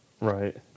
right